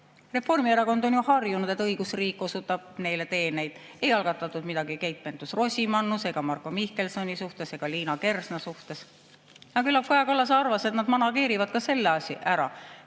saaks. Reformierakond on ju harjunud, et õigusriik osutab neile teeneid. Ei algatatud midagi Keit Pentus-Rosimannuse ega Marko Mihkelsoni suhtes ega Liina Kersna suhtes. Küllap Kaja Kallas arvas, et nad manageerivad ka selle asja ära.